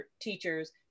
teachers